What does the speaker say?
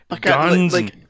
guns